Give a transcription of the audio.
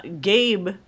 Gabe